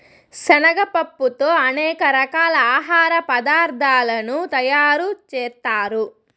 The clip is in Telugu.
శనగ పప్పుతో అనేక రకాల ఆహార పదార్థాలను తయారు చేత్తారు